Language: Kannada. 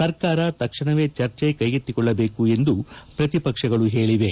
ಸರ್ಕಾರ ತಕ್ಷಣವೇ ಚರ್ಚೆ ಕೈಗೆತ್ತಿಕೊಳ್ಳಬೇಕು ಎಂದು ಪ್ರತಿಪಕ್ಷಗಳು ಹೇಳಿವೆ